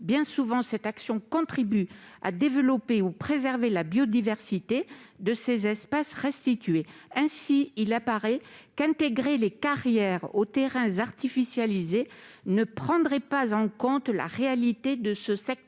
Bien souvent, cette action contribue à développer ou à préserver la biodiversité de ces espaces restitués. Ainsi, il semble qu'intégrer les carrières aux terrains artificialisés ne tiendrait pas compte de la réalité de ce secteur